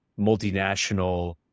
multinational